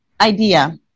idea